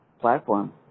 platform